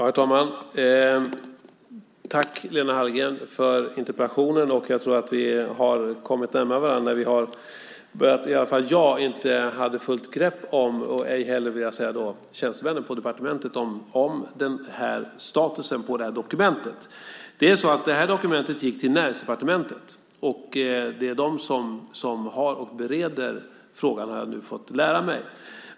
Herr talman! Tack, Lena Hallengren, för interpellationen! Jag tror att vi har kommit närmare varandra. Åtminstone hade inte jag, och ej heller tjänstemännen på departementet, fullt grepp om statusen på dokumentet. Dokumentet gick till Näringsdepartementet. Det är där frågan bereds, har jag nu fått lära mig.